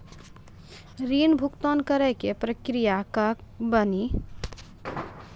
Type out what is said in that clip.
ऋण भुगतान करे के प्रक्रिया का बानी?